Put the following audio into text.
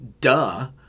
Duh